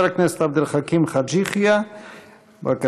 חבר הכנסת עבד אל חכים חאג' יחיא, בבקשה.